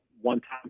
one-time